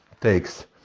takes